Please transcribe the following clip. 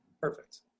perfect